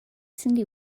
cyndi